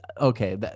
okay